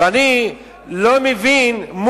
אני לא מבין,